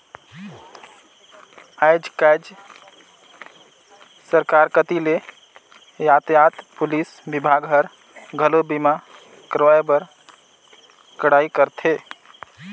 आयज कायज सरकार कति ले यातयात पुलिस विभाग हर, घलो बीमा करवाए बर कड़ाई करथे